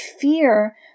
fear